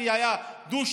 כי היה דו-שנתי